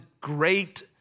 great